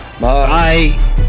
Bye